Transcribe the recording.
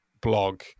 blog